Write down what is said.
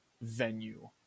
venue